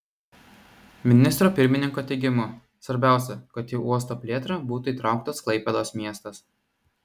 ministro pirmininko teigimu svarbiausia kad į uosto plėtrą būtų įtrauktas klaipėdos miestas